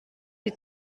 die